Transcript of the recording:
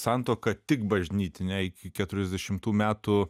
santuoka tik bažnytinė iki keturiasdešimtų metų